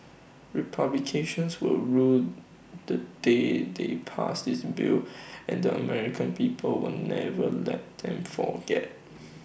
republicans will rue the day they passed this bill and the American people will never let them forget